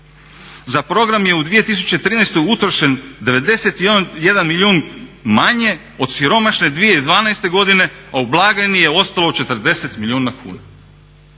Za program je u 2013. utrošen 91 milijun manje od siromašne 2012. godine a u blagajni je ostalo 40 milijuna kuna.